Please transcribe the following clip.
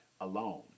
alone